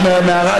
את מערד,